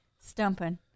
stumping